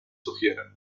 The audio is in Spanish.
sugieren